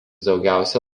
daugiausia